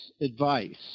advice